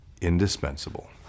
indispensable